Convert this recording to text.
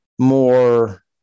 More